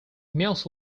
mutes